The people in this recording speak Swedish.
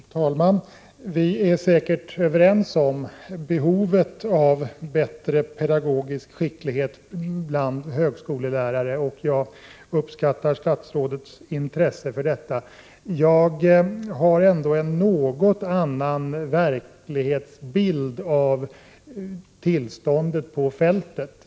Prot. 1988/89:9 Herr talman! Vi är säkert överens om behovet av bättre pedagogisk 13 oktober 1988 skicklighet bland högskolelärare, och jag uppskattar statsrådets intresse för XXX GG detta. Jag har ändå en något annan verklighetsbild av tillståndet på fältet.